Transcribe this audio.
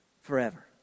forever